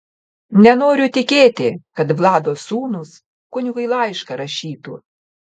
nenoriu tikėti kad vlado sūnūs kunigui laišką rašytų